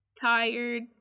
Tired